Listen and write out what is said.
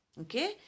okay